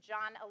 John